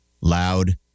loud